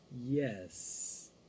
Yes